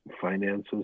finances